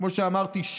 כמו שאמרתי,